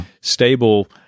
Stable